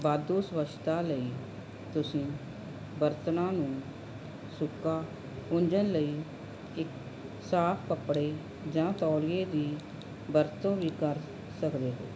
ਵਾਧੂ ਸਵੱਛਤਾ ਲਈ ਤੁਸੀਂ ਬਰਤਨਾਂ ਨੂੰ ਸੁੱਕਾ ਪੂੰਜਣ ਲਈ ਇੱਕ ਸਾਫ ਕੱਪੜੇ ਜਾਂ ਤੌਲੀਏ ਦੀ ਵਰਤੋਂ ਵੀ ਕਰ ਸਕਦੇ ਹੋ